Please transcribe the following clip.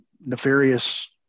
nefarious